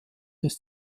des